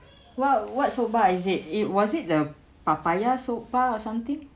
what what soap bar is it it was it the papaya soap bar or something